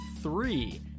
three